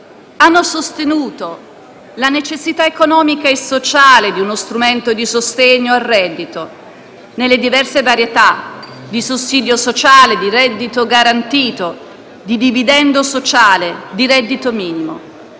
hanno sostenuto la necessità economica e sociale di uno strumento di sostegno al reddito nelle diverse varietà di sussidio sociale, di reddito garantito, di dividendo sociale, di reddito minimo.